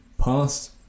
past